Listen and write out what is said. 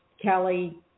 Kelly